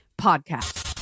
Podcast